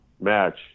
match